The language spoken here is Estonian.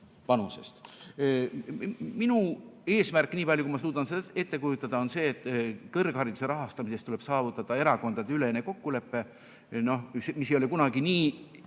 Minu eesmärk, nii palju, kui ma suudan ette kujutada, on see, et kõrghariduse rahastamisel tuleb saavutada erakondadeülene kokkulepe, mis ei saa kunagi olla